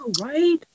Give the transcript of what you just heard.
Right